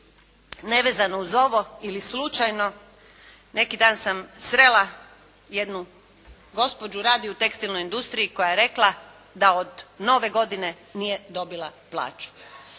nevezano uz ovo ili slučajno, neki dan sam srela jednu gospođu, radi u tekstilnoj industriji koja je rekla da od nove godine nije dobila plaću.